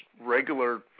regular